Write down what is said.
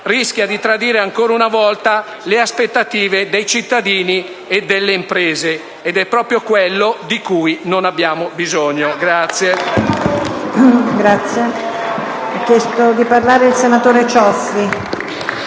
rischia di tradire ancora una volta le aspettative dei cittadini e delle imprese; ed è proprio quello di cui non abbiamo bisogno.